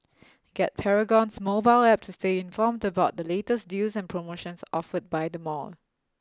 get Paragon's mobile App to stay informed about the latest deals and promotions offered by the mall